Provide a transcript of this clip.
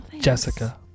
Jessica